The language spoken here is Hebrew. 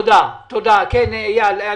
היועץ המשפטי של הוועדה רוצה להתייחס,